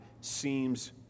seems